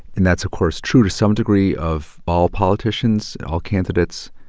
and that's, of course, true to some degree of all politicians, all candidates,